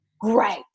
Great